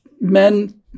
men